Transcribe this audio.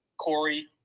Corey